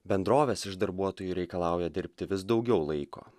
bendrovės iš darbuotojų reikalauja dirbti vis daugiau laiko